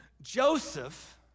Joseph